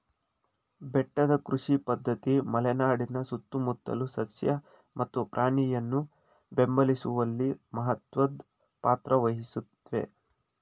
ಬೆಟ್ಟದ ಕೃಷಿ ಪದ್ಧತಿ ಮಲೆನಾಡಿನ ಸುತ್ತಮುತ್ತಲ ಸಸ್ಯ ಮತ್ತು ಪ್ರಾಣಿಯನ್ನು ಬೆಂಬಲಿಸುವಲ್ಲಿ ಮಹತ್ವದ್ ಪಾತ್ರ ವಹಿಸುತ್ವೆ